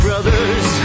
Brothers